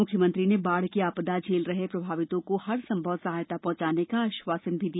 मुख्यमंत्री ने बाढ़ की आपदा झेल रहे प्रभावितों को हर संभव सहायता पहुंचाने का आश्वासन भी दिया